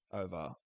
over